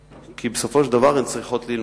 כי בסופו של דבר הן צריכות ללמוד,